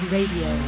Radio